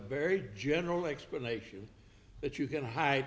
very general explanation that you can hide